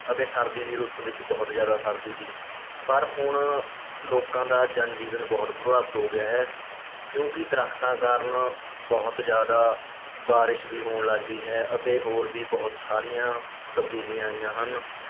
ਅਤੇ ਸਰਦੀ ਦੀ ਰੁੱਤ ਵਿੱਚ ਬਹੁਤ ਜ਼ਿਆਦਾ ਸਰਦੀ ਸੀ ਪਰ ਹੁਣ ਲੋਕਾਂ ਦਾ ਜਨ ਜੀਵਨ ਬਹੁਤ ਪ੍ਰਭਾਵਿਤ ਹੋ ਗਿਆ ਹੈ ਕਿਉਂਕਿ ਦਰੱਖਤਾਂ ਕਾਰਨ ਬਹੁਤ ਜ਼ਿਆਦਾ ਬਾਰਿਸ਼ ਵੀ ਹੋਣ ਲੱਗ ਗਈ ਹੈ ਅਤੇ ਹੋਰ ਵੀ ਬਹੁਤ ਸਾਰੀਆਂ ਤਬਦੀਲੀਆਂ ਆਈਆਂ ਹਨ